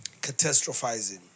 Catastrophizing